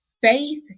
Faith